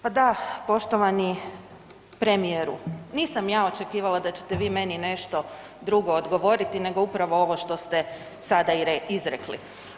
Pa da poštovani premijeru, nisam ja očekivala da ćete vi meni nešto drugo odgovoriti nego upravo ovo što ste sada i izrekli.